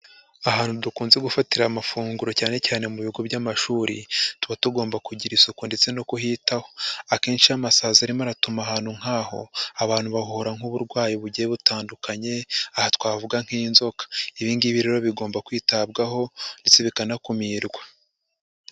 Ahantu dukunze gufatira amafunguro cyane cyane mu bigo by'amashuri, tuba tugomba kugira isuku ndetse no kuhitaho. Akenshi iyo amasazi arimo aratuma ahantu nk'aho abantu bahura n'uburwayi bugiye butandukanye. Aha twavuga nk'inzoka. Ibi ngibi rero bigomba kwitabwaho ndetse bikanakumirwa.